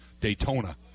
Daytona